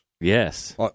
Yes